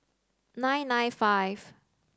nine nine five